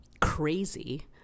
crazy